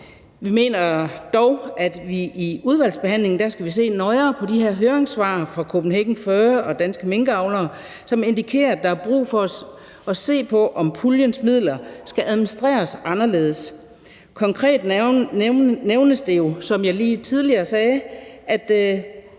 Vi mener dog, at vi i udvalgsbehandlingen skal se nøjere på de her høringssvar fra Kopenhagen Fur og Danske Minkavlere, som indikerer, at der er brug for at se på, om puljens midler skal administreres anderledes. Konkret nævnes det jo, som jeg tidligere sagde, at